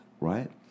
right